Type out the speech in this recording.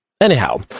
Anyhow